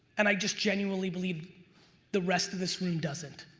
and i just genuinely believe the rest of this room doesn't.